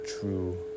true